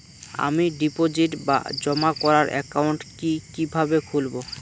আমি ডিপোজিট বা জমা করার একাউন্ট কি কিভাবে খুলবো?